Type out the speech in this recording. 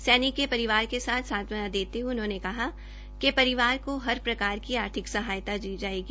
सैनिक के परिवार के साथ सांत्वना देते हुए उन्होंने कहा कि परिवार को हर प्रकार की आर्थिक मदद दी जाएगी